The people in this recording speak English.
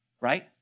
right